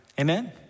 Amen